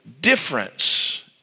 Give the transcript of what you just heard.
difference